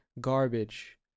garbage